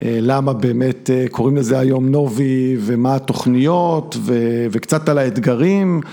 למה באמת קוראים לזה היום נובי ומה התוכניות וקצת על האתגרים.